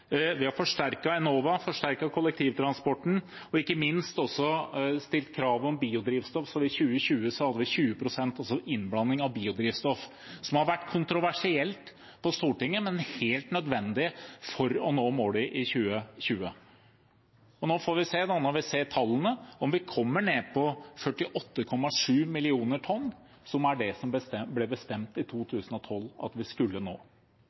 Vi har forsterket Enova, forsterket kollektivtransporten og ikke minst stilt krav om biodrivstoff, så i 2020 hadde vi 20 pst. innblanding av biodrivstoff, som har vært kontroversielt på Stortinget, men helt nødvendig for å nå målet i 2020. Nå får vi se, når vi ser tallene, om vi kommer ned på 48,7 millioner tonn, som det ble bestemt i 2012 at vi skulle nå.